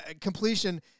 completion